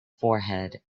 forehead